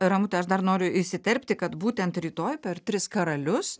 ramute aš dar noriu įsiterpti kad būtent rytoj per tris karalius